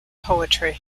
poetry